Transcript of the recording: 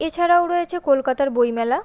এছাড়াও রয়েছে কলকাতার বইমেলা